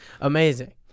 Amazing